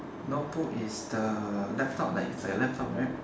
notebook is the like a laptop it's like a laptop right